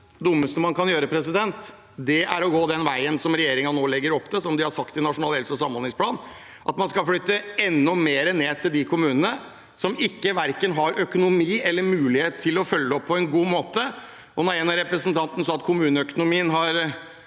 det dummeste man kan gjøre, er å gå den veien som regjeringen nå legger opp til i Nasjonal helse- og samhandlingsplan, at man skal flytte enda mer ned til kommunene, som verken har økonomi eller mulighet til å følge opp på en god måte. En av representantene sa at kommuneøkonomien